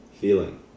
feeling